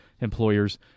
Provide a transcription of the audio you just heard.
employers